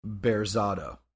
Berzado